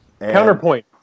Counterpoint